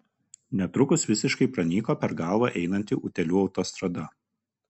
netrukus visiškai pranyko per galvą einanti utėlių autostrada